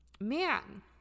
Man